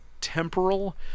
temporal